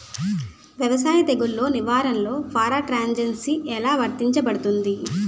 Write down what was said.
వ్యవసాయ తెగుళ్ల నిర్వహణలో పారాట్రాన్స్జెనిసిస్ఎ లా వర్తించబడుతుంది?